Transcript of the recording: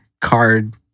card